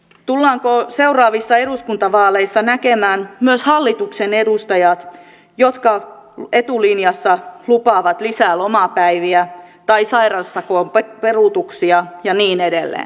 tullaanko seuraavissa eduskuntavaaleissa näkemään myös hallituksen edustajat jotka etulinjassa lupaavat lisää lomapäiviä tai sairaussakon peruutuksia ja niin edelleen